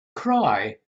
cry